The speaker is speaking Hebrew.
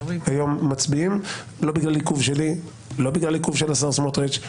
היום מצביעים לא בגלל עיכוב שלי לא בגלל עיכוב של השר סמוטריץ',